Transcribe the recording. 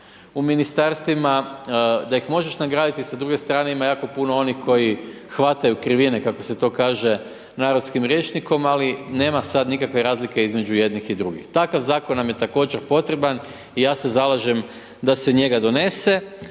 u ministarstvima, da ih možeš nagraditi, s druge ima jako puno onih koji hvataju krivine, kako se to kaže narodskim rječnikom ali nema sad nikakve razlike između jednih i drugih. Takav zakon nam je također potreban i ja se zalažem da se njega donese